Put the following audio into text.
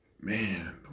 Man